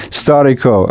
storico